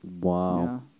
wow